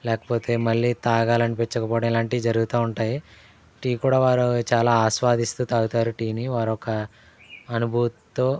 లేకపోతే మళ్ళీ తాగాలి అనిపించక పోవడం ఇలాంటివి జరుగుతూ ఉంటాయి టీ కూడా వారు చాలా ఆస్వాదిస్తూ తాగుతారు టీని వారొక అనుభూతితో